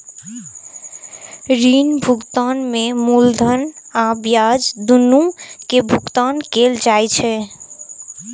ऋण भुगतान में मूलधन आ ब्याज, दुनू के भुगतान कैल जाइ छै